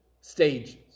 stages